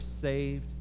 saved